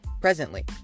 presently